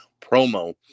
promo